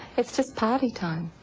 it's just party time.